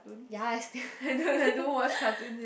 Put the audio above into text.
ya I